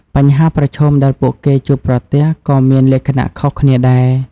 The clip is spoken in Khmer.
បញ្ហាប្រឈមដែលពួកគេជួបប្រទះក៏មានលក្ខណៈខុសគ្នាដែរ។